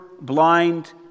blind